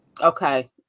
Okay